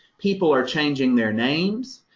people are changing their names,